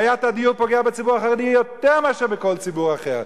בעיית הדיור פוגעת בציבור החרדי יותר מאשר בכל ציבור אחר.